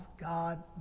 God